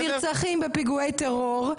הנרצחים בפיגועי טרור,